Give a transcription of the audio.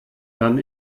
dann